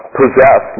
possess